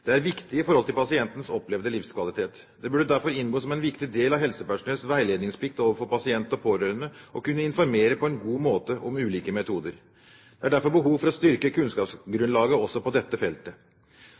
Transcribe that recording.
Det er viktig i forhold til pasientens opplevde livskvalitet. Det burde derfor inngå som en viktig del av helsepersonells veiledningsplikt overfor pasient og pårørende å kunne informere på en god måte om ulike metoder. Det er derfor behov for å styrke